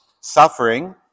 suffering